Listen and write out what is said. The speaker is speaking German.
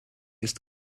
ist